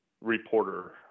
Reporter